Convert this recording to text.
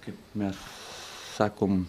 kaip mes sakom